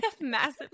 massive